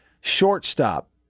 shortstop